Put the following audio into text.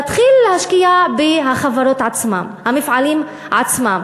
תתחיל להשקיע בחברות עצמן, במפעלים עצמם,